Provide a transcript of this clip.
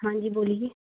हाँ जी बोलिए